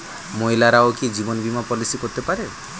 মহিলারাও কি জীবন বীমা পলিসি করতে পারে?